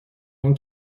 اون